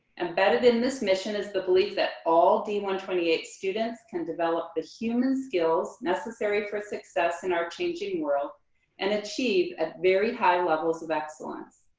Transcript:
embedded in this mission is the belief that all d one two eight students can develop the human skills necessary for success in our changing world and achieve at very high levels of excellence.